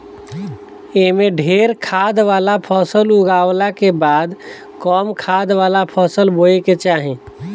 एमे ढेरे खाद वाला फसल उगावला के बाद कम खाद वाला फसल बोए के चाही